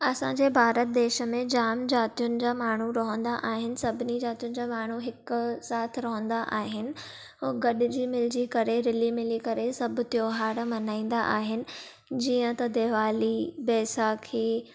असां जे भारत देश में जाम जातियुनि जा माण्हू रवंदा आहिनि सभिनी जतियुनि जा माण्हू हिक साथ रवंदा आहिनि ऐं गॾिजी मिलिजी करे रिली मिली करे सभु त्योहार मल्हाईंदा आहिनि जीअं त दिवाली बैसाखी